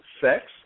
sex